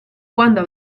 quando